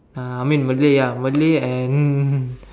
uh I mean Malay ah Malay and